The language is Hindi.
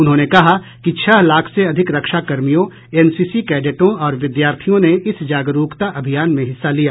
उन्होंने कहा कि छह लाख से अधिक रक्षा कर्मियों एनसीसी कैडेटों और विद्यार्थियों ने इस जागरूकता अभियान में हिस्सा लिया